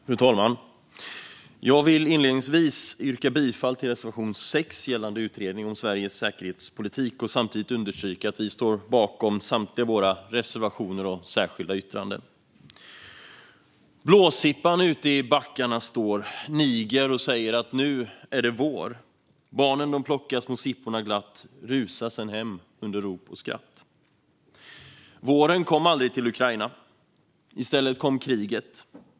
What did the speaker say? Fru talman! Jag vill inledningsvis yrka bifall till reservation 6 gällande utredning om Sveriges tidigare säkerhetspolitik och samtidigt understryka att vi står bakom samtliga våra reservationer och särskilda yttranden. Blåsippan ute i backarna stårniger och säger att nu är det vår. Barnen de plocka små sipporna glattrusa sen hem under rop och skratt. Våren kom aldrig till Ukraina. I stället kom kriget.